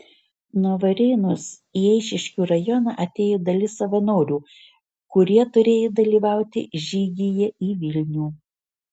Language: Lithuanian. nuo varėnos į eišiškių rajoną atėjo dalis savanorių kurie turėjo dalyvauti žygyje į vilnių